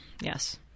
yes